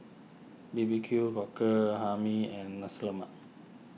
B B Q Cockle Hae Mee and Nasi Lemak